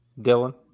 Dylan